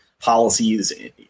policies